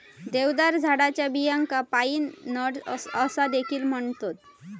देवदार झाडाच्या बियांका पाईन नट्स असा देखील म्हणतत